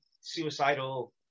suicidal